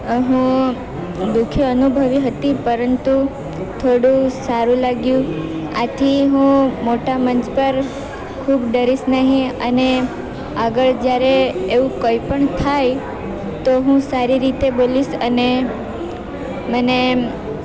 હું દુઃખી અનુભવી હતી પરંતુ થોડું સારું લાગ્યું આથી હું મોટા મંચ પર ખૂબ ડરીશ નહીં અને આગળ જ્યારે એવું કંઈ પણ થાય તો હું સારી રીતે બોલીશ અને મને